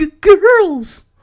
girls